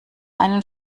einen